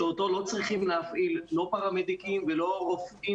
שאותו לא צריכים להפעיל לא פרמדיקים ולא רופאים